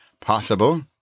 Possible